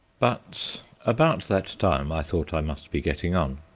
but about that time i thought i must be getting on.